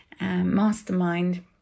mastermind